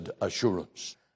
assurance